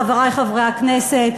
חברי חברי הכנסת,